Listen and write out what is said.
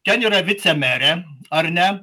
ten yra vicemerė ar ne